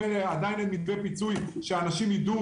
יש רק כותרות ועדין אין מתווה פיצוי שאנשים ידעו